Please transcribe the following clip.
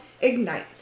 Ignite